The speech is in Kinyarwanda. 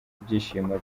ibyishimo